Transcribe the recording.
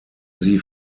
sie